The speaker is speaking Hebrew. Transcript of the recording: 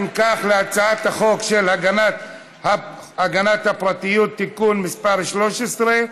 אם כך, להצעת החוק הגנת הפרטיות (תיקון מס' 13),